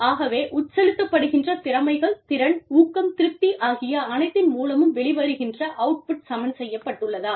ஆகவே உட்செலுத்தப் படுகின்ற திறமைகள் திறன் ஊக்கம் திருப்தி ஆகிய அனைத்தின் மூலமும் வெளி வருகின்ற அவுட்புட் சமன்செய்யப்பட்டுள்ளதா